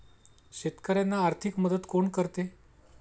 शेतकऱ्यांना आर्थिक मदत कोण करते?